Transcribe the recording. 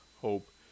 hope